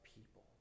people